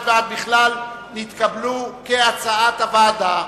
סעיפים 23 31 ועד בכלל נתקבלו כהצעת הוועדה,